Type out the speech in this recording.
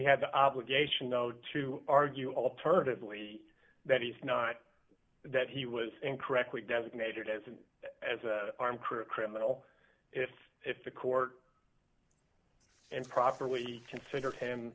had the obligation to argue alternatively that it's not that he was incorrectly designated as an armed criminal if if the court and properly considered him